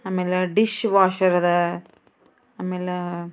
ಆಮೇಲೆ dish washer ಅದಾ ಆಮೇಲೆ